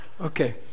okay